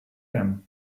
him